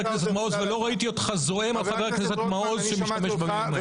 ולא ראיתי אותך זועם על חבר הכנסת מעוז שהשתמש במילים האלה.